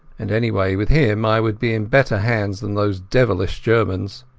and anyway, with him i would be in better hands than those devilish germans.